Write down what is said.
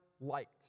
liked